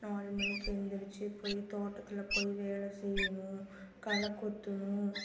நாலு மணிக்கு எழுந்திரிச்சி போய் தோட்டத்தில் போய் வேலை செய்யணும் களை கொத்தணும்